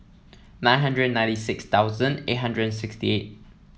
nine hundred ninety six thousand eight hundred sixty eight